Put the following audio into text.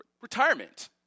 retirement